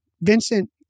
Vincent